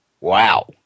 Wow